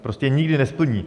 Prostě nikdy je nesplní.